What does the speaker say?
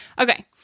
Okay